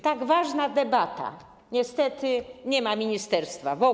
Tak ważna debata, niestety, nie ma ministerstwa w ogóle.